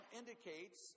indicates